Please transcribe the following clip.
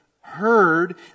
heard